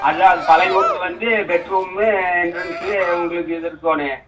அதான் பழைய வீட்டுல வந்து பெட்ரூம்மு எண்ட்ரென்ஸ்ஸு உங்களுக்கு இது இருக்கணும்